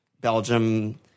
Belgium